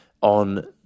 on